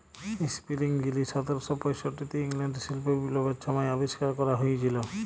spinning যিলি সতের শ পয়ষট্টিতে ইংল্যাল্ডে শিল্প বিপ্লবের ছময় আবিষ্কার ক্যরা হঁইয়েছিল